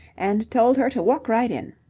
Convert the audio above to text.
and told her to walk right in.